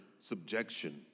subjection